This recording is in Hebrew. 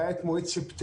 והיה את מועד ספטמבר.